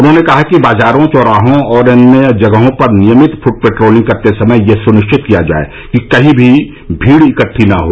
उन्होंने कहा कि बाजारों चौराहों और अन्य जगहों पर नियमित फूट पेट्रोलिंग करते समय यह सुनिश्चित किया जाये कि कहीं भीड़ इकट्ठी नहीं हो